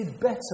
better